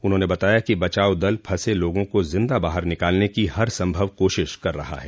उन्होंने बताया कि बचाव दल फंसे लोगों को जिदा बाहर निकालने की हर संभव कोशिश कर रहा है